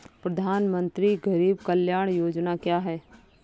प्रधानमंत्री गरीब कल्याण योजना क्या है?